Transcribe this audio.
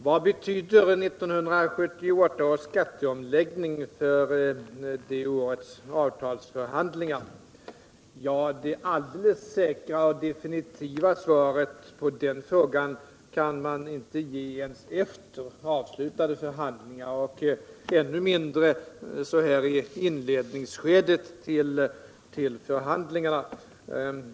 Vad betyder 1978 års skatteomläggning för det årets avtalsförhandlingar? Ja, det alldeles säkra och definitiva svaret på den frågan kan man inte ge ens efter avslutade förhandlingar, ännu mindre så här i förhandlingarnas inledningsskede.